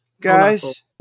guys